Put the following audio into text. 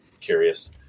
curious